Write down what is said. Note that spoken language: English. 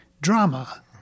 drama